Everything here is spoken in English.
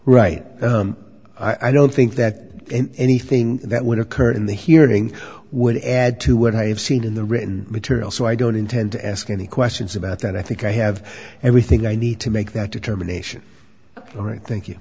right i don't think that anything that would occur in the hearing would add to what i have seen in the written material so i don't intend to ask any questions about that i think i have everything i need to make that determination all right thank you